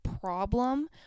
problem